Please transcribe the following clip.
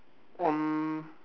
um